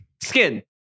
Skin